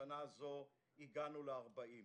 בשנה זו הגענו ל-40%.